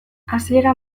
hasiera